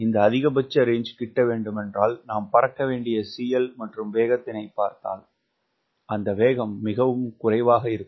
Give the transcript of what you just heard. இந்த அதிகபட்ச ரேஞ்சு கிட்டவேண்டுமானால் நாம் பறக்கவேண்டிய CL மற்றும் வேகத்தினைப் பார்த்தால் அந்த வேகம் மிகவும் குறைவாகவிருக்கும்